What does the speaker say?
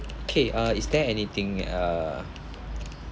okay uh is there anything uh